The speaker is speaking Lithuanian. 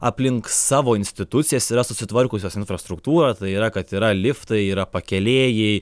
aplink savo institucijas yra susitvarkiusios infrastruktūrą tai yra kad yra liftai yra pakėlėjai